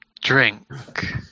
drink